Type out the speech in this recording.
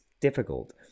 difficult